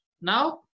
Now